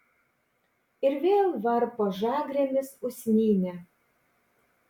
ir vėl varpo žagrėmis usnynę